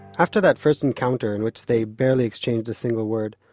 after that first encounter, in which they barely exchanged a single word,